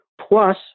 Plus